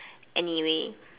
anyway